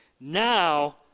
Now